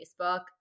Facebook